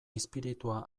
izpiritua